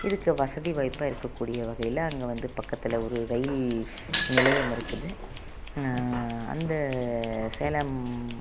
இதுக்கு வசதி வாய்ப்பாக இருக்கக்கூடிய வகையில் அங்கே வந்து பக்கத்தில் ஒரு ரயில் நிலையம் இருக்குது அந்த சேலம்